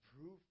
proof